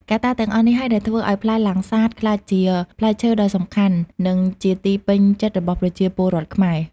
កត្តាទាំងអស់នេះហើយដែលធ្វើឲ្យផ្លែលាំងសាតក្លាយជាផ្លែឈើដ៏សំខាន់ និងជាទីពេញចិត្តរបស់ប្រជាពលរដ្ឋខ្មែរ។